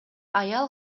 аял